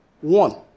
One